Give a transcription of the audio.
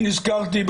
אני נזכרתי,